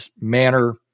manner